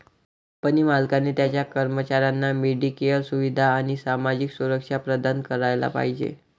company मालकाने त्याच्या कर्मचाऱ्यांना मेडिकेअर सुविधा आणि सामाजिक सुरक्षा प्रदान करायला पाहिजे